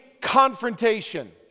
confrontation